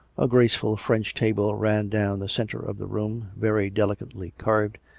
a graceful french table ran down the centre of the room, very delicately carved,